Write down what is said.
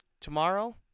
tomorrow